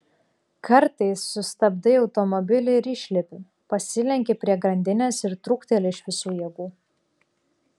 kartais sustabdai automobilį ir išlipi pasilenki prie grandinės ir trūkteli iš visų jėgų